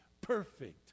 perfect